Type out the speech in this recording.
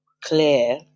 clear